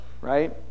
right